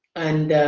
and